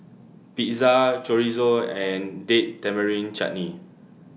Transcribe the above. Pizza Chorizo and Date Tamarind Chutney